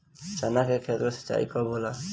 चना के खेत मे सिंचाई कब होला?